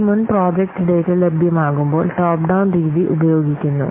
ഈ മുൻ project data ലഭ്യമാകുമ്പോൾ ടോപ്പ് ഡൌൺ രീതി ഉപയോഗിക്കുന്നു